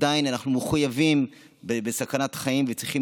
עדיין אנחנו מחויבים בסכנת חיים וצריכים